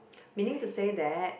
meaning to say that